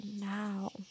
now